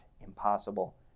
impossible